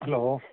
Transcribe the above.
hello